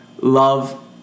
love